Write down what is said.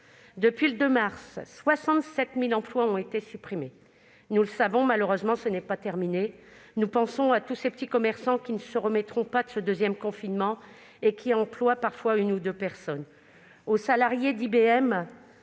Depuis le 2 mars, 67 000 emplois ont été supprimés ; malheureusement, nous savons que ce n'est pas terminé. Nous pensons à tous ces petits commerçants qui ne se remettront pas de ce deuxième confinement, et qui emploient parfois une ou deux personnes, ou encore aux